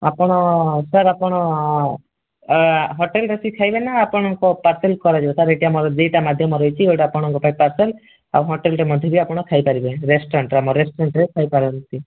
ଆପଣ ସାର୍ ଆପଣ ହୋଟେଲରେ ବସି ଖାଇବେନା ଆପଣଙ୍କ ପାର୍ସଲ କରାଯିବ ସାର୍ ଏଠି ଆମର ଦୁଇଟା ମାଧ୍ୟମ ରହିଛି ଗୋଟେ ଆପଣଙ୍କପାଇଁ ପାର୍ସଲ ଆଉ ହୋଟେଲରେ ବସିକି ଖାଇପାରିବେ ରେଷ୍ଟୁରାଣ୍ଟ୍ ଆମର ରେଷ୍ଟୁରାଣ୍ଟ୍ରେ ଖାଇପାରିବେ ବସି